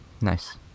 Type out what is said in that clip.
Nice